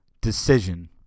decision